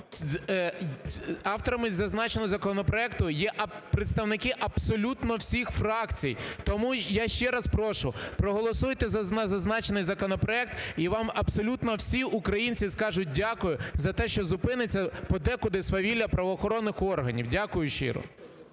Авторами зазначеного законопроекту є представники абсолютно всіх фракцій, тому я ще раз прошу, проголосуйте за зазначений законопроект і вам абсолютно всі українці скажуть дякую за те, що зупиниться подекуди свавілля правоохоронних органів. Дякую щиро.